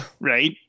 right